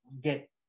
get